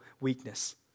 weakness